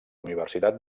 universitat